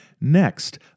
Next